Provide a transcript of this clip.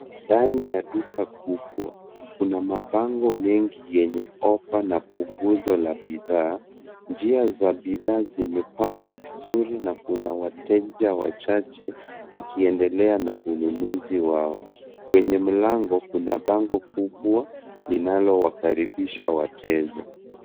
Ndani ya duka kubwa, kuna mabango mengi yenye ofa na punguzo la bidhaa. Njia za bidhaa zimepangwa vizuri na kuna wateja wachache wakiendelea na ununuzi wao. Kwenye mlango, kuna bango kubwa linalowakaribisha wateja.